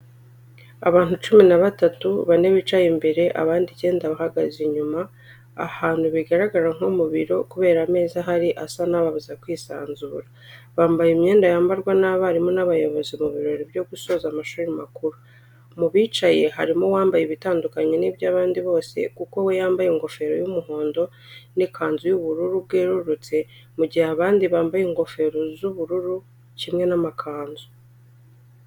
Abantu cumi na batatu, bane bicaye imbere abandi icyenda bahagaze inyuma, ahantu bigaragara nko mu biro kubera ameza ahari asa n'ababuza kwisanzura. Bambaye imyenda yambarwa n'abarimu n'abayobozi mu birori byo gusoza amashuri makuru. Mu bicaye harimo uwambaye ibitandukanye n'iby'abandi bose kuko we yambaye ingofero y'umuhondo n'ikanzu y'ubururu bwerurutse mu gihe abandi bambaye ingofero z'ubururu kimwe n'amakanzu.